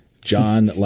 John